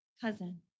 cousin